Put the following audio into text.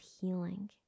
healing